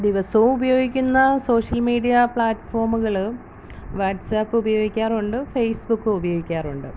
ദിവസവും ഉപയോഗിക്കുന്ന social media പ്ലാറ്റ്ഫോമുകള് വാട്സാപ്പ് ഉപയോഗിക്കാറുണ്ട് ഫേസ്ബുക്ക് ഉപയോഗിക്കാറുണ്ട്